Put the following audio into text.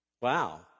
Wow